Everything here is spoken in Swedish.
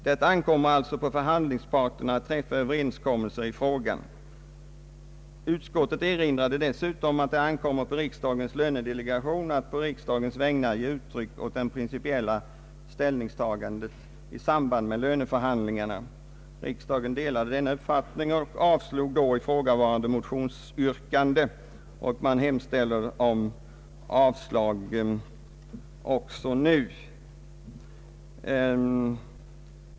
Det ankommer alltså på förhandlingsparterna att träffa överenskommelser i frågan. Utskottet erinrade dessutom om att det ankommer på riksdagens lönedelegation att på riksdagens vägnar ge uttryck åt principiella ställningstaganden i samband med löneförhandlingar. Riksdagen delade denna uppfattning och avslog det då ifrågavarande motionsyrkandet.” Utskottsmajoriteten hemställer också nu om avslag.